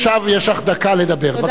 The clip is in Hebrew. עכשיו יש לך דקה לדבר, בבקשה.